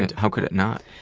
and how could it not?